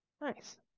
Nice